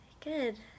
Good